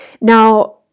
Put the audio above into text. now